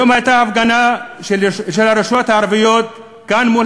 היום הייתה הפגנה של הרשויות הערביות כאן מול